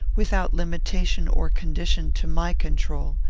without limitation or condition, to my control.